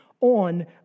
on